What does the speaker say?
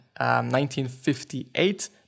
1958